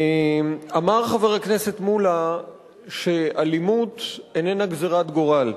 אמר חבר הכנסת מולה שאלימות איננה גזירת גורל,